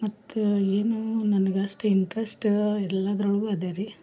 ಮತ್ತು ಏನು ನನಗೆ ಅಷ್ಟು ಇಂಟ್ರೆಶ್ಟ ಎಲ್ಲದರೊಳ್ಗು ಅದರಿ